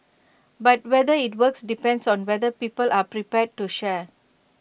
but whether IT works depends on whether people are prepared to share